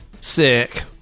Sick